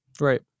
Right